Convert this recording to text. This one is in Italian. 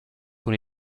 con